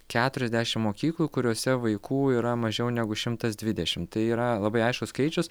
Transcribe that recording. keturiasdešim mokyklų kuriose vaikų yra mažiau negu šimtas dvidešim tai yra labai aiškus skaičius